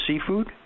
Seafood